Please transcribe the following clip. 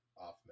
off